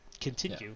continue